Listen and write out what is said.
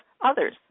others